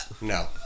no